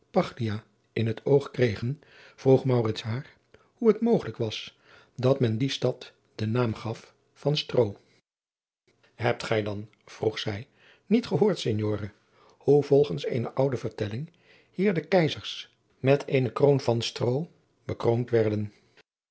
in het oog kregen vroeg maurits haar hoe het mogelijk was dat men die stad den bijnaam gaf van stroo hebt gij dan vroeg zij niet gehoord signore hoe volgens eene oude vertelling hier de keizers met eene kroon van stroo gekroond werden